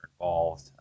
involved